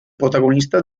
protagonista